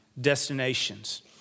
destinations